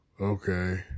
okay